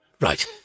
right